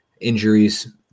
Injuries